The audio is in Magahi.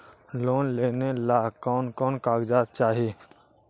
लोन लेने ला कोन कोन कागजात चाही?